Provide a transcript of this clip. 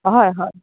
হয় হয়